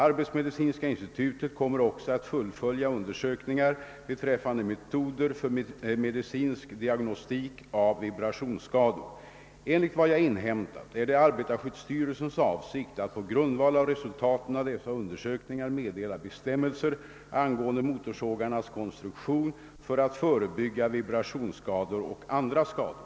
Arbetsmedicinska institutet kommer också att fullfölja undersökningar beträffande metoder för medicinsk diagnostik av vibrationsskador. Enligt vad jag inhämtat är det arbetarskyddsstyrelsens avsikt att på grundval av resultaten av dessa undersökningar meddela bestämmelser angående motorsågarnas konstruktion för att förebygga vibrationsskador och andra skador.